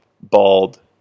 bald